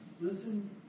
Listen